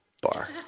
bar